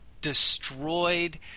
destroyed